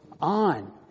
on